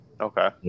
Okay